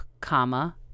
comma